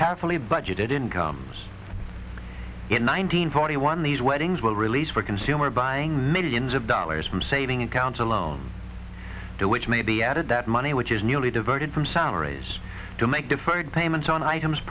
carefully budgeted incomes in one hundred forty one these weddings will release for consumer buying millions of dollars from saving accounts alone to which may be added that money which is nearly diverted from salaries to make deferred payments on items